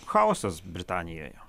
chaosas britanijoje